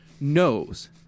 Knows